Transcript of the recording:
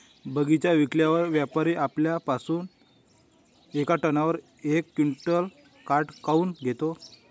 बगीचा विकल्यावर व्यापारी आपल्या पासुन येका टनावर यक क्विंटल काट काऊन घेते?